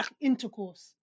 Intercourse